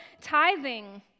tithing